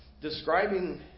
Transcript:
describing